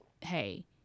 hey